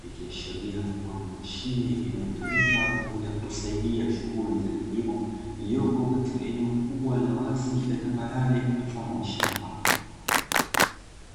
ikiashiria kuwa ni mashine inayotumika kwa ajili ya kusaidia shughuli za kilimo iliyopo katika eneo kubwa la wazi la tambarare mfano wa shamba.